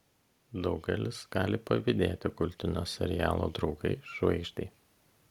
daugelis gali pavydėti kultinio serialo draugai žvaigždei